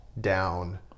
down